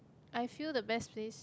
I feel the best place